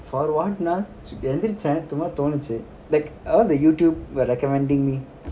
எந்திரிச்சேன்எனக்குசும்மாதோணுச்சு:enthireichen enakku summa thoonuchu like I watch the youtube recommending me